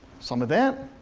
some event,